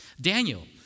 Daniel